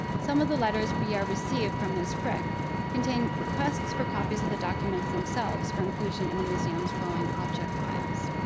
some of the letters briere received from miss frick contain requests for copies of the documents themselves for inclusion in the museum's growing object files.